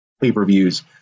pay-per-views